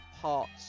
parts